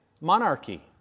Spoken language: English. monarchy